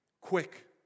quick